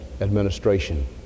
administration